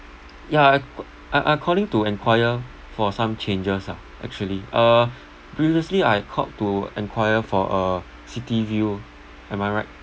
ya I I calling to enquire for some changes ah actually uh previously I called to enquire for a city view am I right